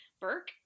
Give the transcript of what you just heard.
Burke